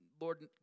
Lord